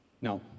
No